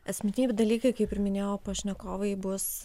asmeniniai dalykai kaip ir minėjo pašnekovai bus